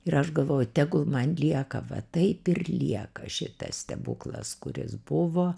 ir aš galvojau tegul man lieka va taip lieka šitas stebuklas kuris buvo